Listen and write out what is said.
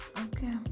Okay